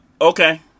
okay